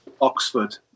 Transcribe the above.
Oxford